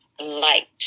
light